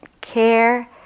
care